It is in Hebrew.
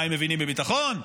מה, הם מבינים בביטחון?